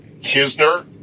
Kisner